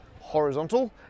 horizontal